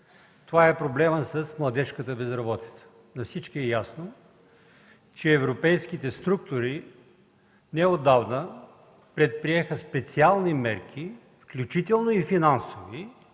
Това е проблемът с младежката безработица. На всички е ясно, че европейските структури неотдавна предприеха специални мерки, включително и финансови,